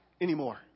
anymore